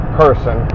person